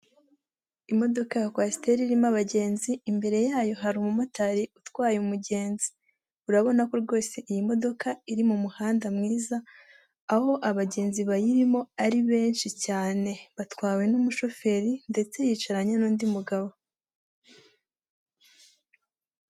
Imodoka ya kwasteri irimo abagenzi, imbere yayo hari umumotari utwaye umugenzi, urabona ko rwose iyi modoka iri mu muhanda mwiza aho abagenzi bayirimo ari benshi cyane, batwawe n'umushoferi ndetse yicaranye n'undi mugabo.